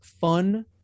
fun